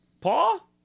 Paul